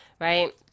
right